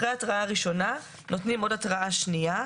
אחרי ההתראה הראשונה נותנים עוד התראה שנייה,